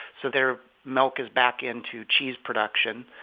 so their milk is back into cheese production.